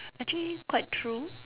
actually quite true